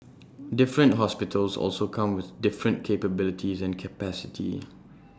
different hospitals also come with different capabilities and capacity